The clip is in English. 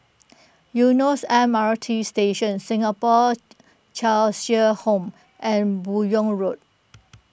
Eunos M R T Station Singapore Cheshire Home and Buyong Road